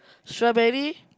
strawberry